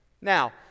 Now